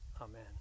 Amen